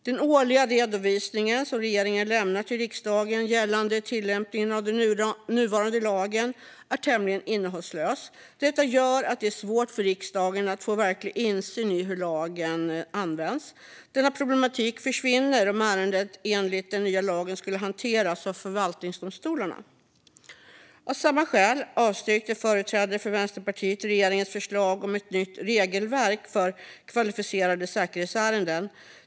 Den årliga redovisning som regeringen lämnar till riksdagen gällande tillämpningen av den nuvarande lagen är tämligen innehållslös. Detta gör det svårt för riksdagen att få verklig insyn i hur lagen används. Denna problematik försvinner om ärenden enligt den nya lagen skulle hanteras av förvaltningsdomstolarna. Av samma skäl avstyrkte företrädare för Vänsterpartiet regeringens förslag om ett nytt regelverk för kvalificerade säkerhetsärenden.